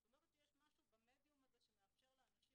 זאת אומרת שיש משהו במדיום הזה שמאפשר לאנשים